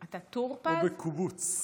או בקובוץ.